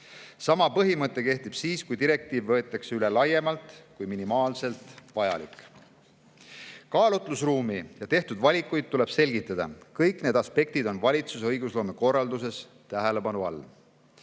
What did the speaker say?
Sama põhimõte kehtib siis, kui direktiiv võetakse üle laiemalt kui minimaalselt vajalik. Kaalutlusruumi ja tehtud valikuid tuleb selgitada. Kõik need aspektid on valitsuse õigusloomekorralduses tähelepanu all.